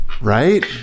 right